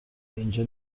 اینجا